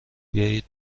بیایید